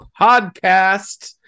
Podcast